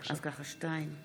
אם כך, חברי הכנסת, 22 בעד.